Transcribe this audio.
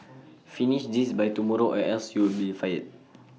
finish this by tomorrow or else you'll be fired